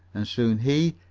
and soon he,